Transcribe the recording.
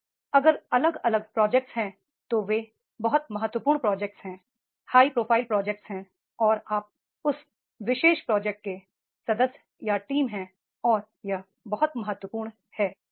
अब अगर अलग अलग प्रोजेक्ट्स हैं तो वे बहुत महत्वपूर्ण प्रोजेक्ट्स हैं हाई प्रोफाइल प्रोजेक्ट्स हैं और आप उस विशेष प्रोजेक्ट्स के सदस्य या टीम हैं और यह बहुत महत्वपूर्ण है